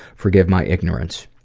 forgive my ignorance.